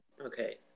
Okay